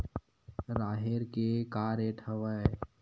राहेर के का रेट हवय?